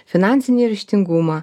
finansinį raštingumą